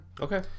Okay